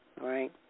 right